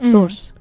Source